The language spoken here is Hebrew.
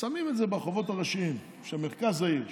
שמים את זה ברחובות הראשיים של מרכז העיר,